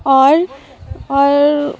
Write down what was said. اور اور